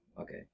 okay